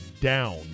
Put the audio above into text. down